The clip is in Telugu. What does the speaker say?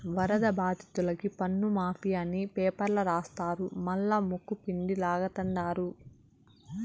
వరద బాధితులకి పన్నుమాఫీ అని పేపర్ల రాస్తారు మల్లా ముక్కుపిండి లాగతండారు